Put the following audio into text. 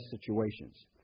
situations